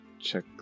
Check